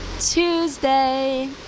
Tuesday